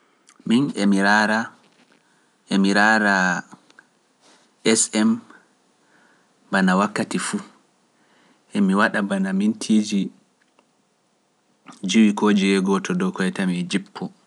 Min emi raara, emi raara SM bana wakkati fu, emi waɗa bana mintiji jowi ko jowego(five to six mins) ɗo koye tami e jippo.